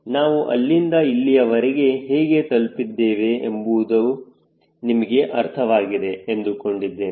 ನಾವು ಅಲ್ಲಿಂದ ಇಲ್ಲಿಯವರೆಗೆ ಹೇಗೆ ತಲುಪಿದ್ದೇವೆ ಎಂಬುವುದು ನಿಮಗೆ ಅರ್ಥವಾಗಿದೆ ಎಂದುಕೊಂಡಿದ್ದೇನೆ